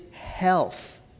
health